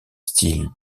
style